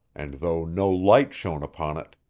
and though no light shone upon it,